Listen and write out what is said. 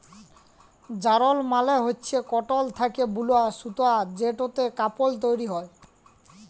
যারল মালে হচ্যে কটল থ্যাকে বুলা সুতা যেটতে কাপল তৈরি হ্যয়